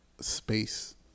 space